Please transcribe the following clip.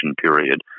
period